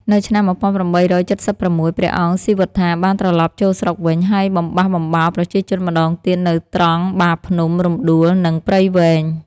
នៅឆ្នាំ ១៨៧៦ ព្រះអង្គស៊ីវត្ថាបានត្រឡប់ចូលស្រុកវិញ ហើយបំបះបំបោរប្រជាជនម្ដងទៀតនៅត្រង់បាភ្នំ រំដួល និងព្រៃវែង។